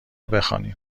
بخوانیم